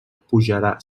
pujarà